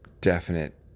definite